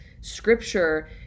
scripture